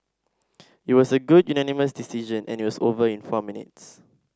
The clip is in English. it was a good unanimous decision and it was over in four minutes